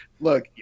Look